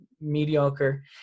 mediocre